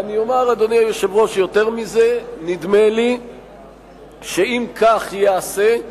יותר מזה, נדמה לי שאם כך ייעשה,